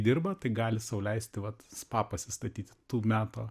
dirba tai gali sau leisti vat spa pasistatyti tų meto